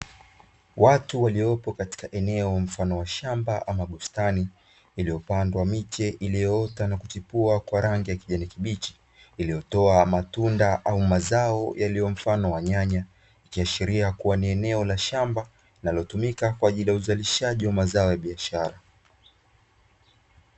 Watu waliopo katika eneo mfano wa shamba ama bustani, iliyopandwa miche iliyoota na kuchipua kwa rangi ya kijani kibichi. Iliyotoa matunda au mazao yaliyo mfano wa nyanya, ikiashiria kuwa ni eneo la shamba linalotumika kwa ajili ya uzalishaji wa mazao ya biashara.